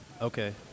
Okay